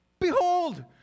Behold